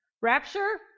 Rapture